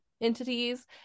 entities